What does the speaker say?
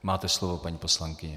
Máte slovo, paní poslankyně.